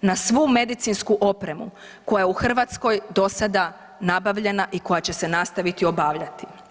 na svu medicinsku opremu koja je u Hrvatskoj do sada nabavljena i koja će se nastaviti obavljati.